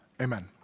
Amen